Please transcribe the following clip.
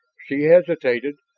she hesitated,